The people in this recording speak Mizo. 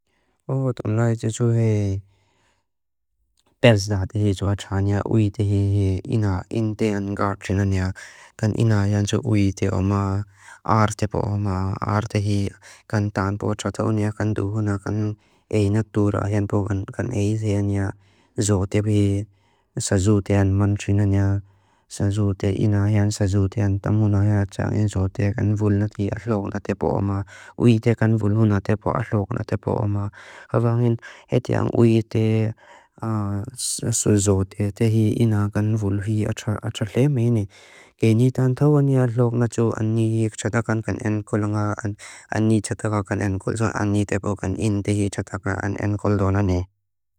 O, tonla i tiju hei. Perzda tiju atxani ya uite hei. Ina in tean ga txina niya. Kan ina yansu uite oma. Ar tepo oma. Ar tehi kan tanpo txata unia kan duhuna kan eina tura hempo kan eizia niya. Zote bi sa zutean man txina niya. Sa zute ina hea. Sa zutean tan puna hea txani. Zote kan vulna ti alok na tepo oma. Uite kan vuluna tepo alok na tepo oma. Havangin hei tiang uite zote tehi ina kan vul hi atxalem ini. Keni tan tawani alok na txu ani txataka kan enkul. Ani txataka kan enkul. Ani tepo kan in tehi txataka kan enkul dunane.